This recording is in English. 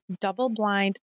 double-blind